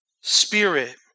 spirit